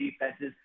defenses